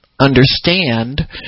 understand